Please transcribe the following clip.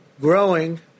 growing